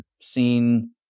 seen